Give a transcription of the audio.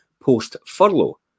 post-furlough